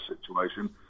situation